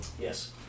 yes